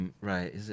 Right